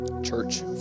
church